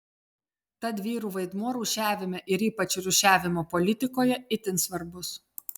tad vyrų vaidmuo rūšiavime ir ypač rūšiavimo politikoje itin svarbus